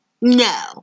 no